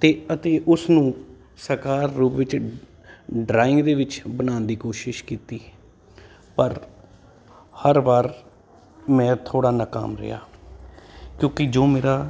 ਤੇ ਅਤੇ ਉਸਨੂੰ ਸਕਾਰ ਰੂਪ ਵਿੱਚ ਡਰਾਇੰਗ ਦੇ ਵਿੱਚ ਬਣਾਉਣ ਦੀ ਕੋਸ਼ਿਸ਼ ਕੀਤੀ ਪਰ ਹਰ ਵਾਰ ਮੈਂ ਥੋੜ੍ਹਾ ਨਕਾਮ ਰਿਹਾ ਕਿਉਂਕਿ ਜੋ ਮੇਰਾ